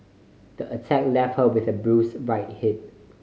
the attack left her with a bruised right hip